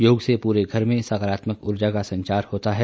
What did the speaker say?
योग से पूरे घर में सकारात्मक ऊर्जा का संचार होता है